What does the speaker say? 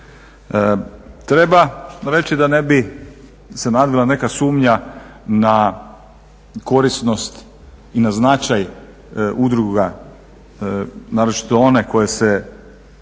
Treba reći da ne bi se nadvila neka sumnja na korisnost i na značaj udruga naročito one koje se